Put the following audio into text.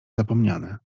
zapomniane